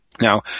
Now